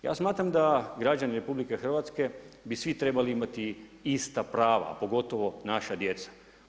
Ja smatram da građani RH bi svi trebali imati ista prava, pogotovo naša djeca.